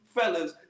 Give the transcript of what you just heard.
fellas